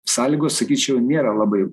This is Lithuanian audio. sąlygos sakyčiau nėra labai